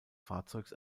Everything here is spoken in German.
fahrzeugs